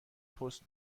پست